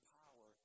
power